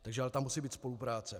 Takže ale tam musí být spolupráce.